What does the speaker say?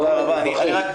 הם לא מדווחים.